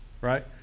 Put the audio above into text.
right